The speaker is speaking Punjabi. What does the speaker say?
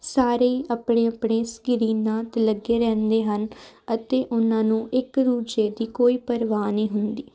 ਸਾਰੇ ਆਪਣੇ ਆਪਣੇ ਸਕਰੀਨਾਂ 'ਤੇ ਲੱਗੇ ਰਹਿੰਦੇ ਹਨ ਅਤੇ ਉਹਨਾਂ ਨੂੰ ਇੱਕ ਦੂਜੇ ਦੀ ਕੋਈ ਪਰਵਾਹ ਨਹੀਂ ਹੁੰਦੀ